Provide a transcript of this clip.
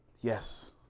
Yes